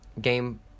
Game